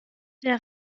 der